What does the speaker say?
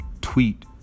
tweet